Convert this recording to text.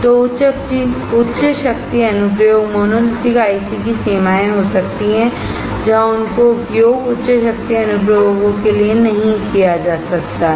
तो उच्च शक्ति अनुप्रयोग मोनोलिथिक आईसी की सीमाएं हो सकती हैं जहां उनका उपयोग उच्च शक्ति अनुप्रयोगों के लिए नहीं किया जा सकता है